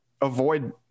avoid